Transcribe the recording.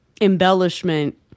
embellishment